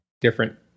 different